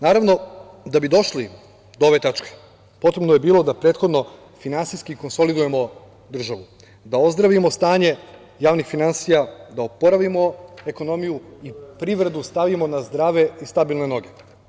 Naravno, da bi došli do ove tačke, potrebno je bilo da prethodno finansijski konsolidujemo državu, da ozdravimo stanje javnih finansija, da oporavimo ekonomiju i privredu stavimo na zdrave i stabilne noge.